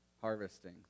harvesting